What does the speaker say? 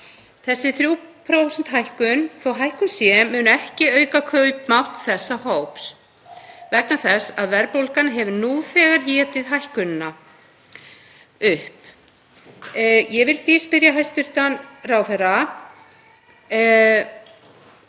Þessi 3% hækkun, þó hækkun sé, mun ekki auka kaupmátt þessa hóps vegna þess að verðbólgan hefur nú þegar étið hækkunina upp. Ég vil því spyrja hæstv. ráðherra: